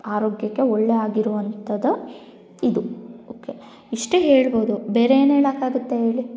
ಆರೋಗ್ಯಕ್ಕೆ ಒಳ್ಳೆ ಆಗಿರುವಂಥದ್ದು ಇದು ಓಕೆ ಇಷ್ಟು ಹೇಳಬೋದು ಬೇರೆ ಏನು ಹೇಳೊಕ್ಕಾಗುತ್ತೆ ಹೇಳಿ